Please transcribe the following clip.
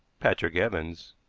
patrick evans,